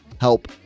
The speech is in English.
help